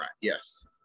yes